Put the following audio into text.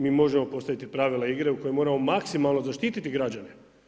Mi možemo postaviti pravila igre u kojima moramo maksimalno zaštiti građane.